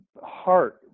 heart